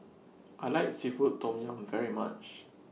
I like Seafood Tom Yum very much